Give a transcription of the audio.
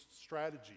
strategy